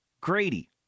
Grady